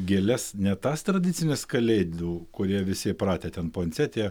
gėles ne tas tradicinis kalėdų kurie visi įpratę ten puansetija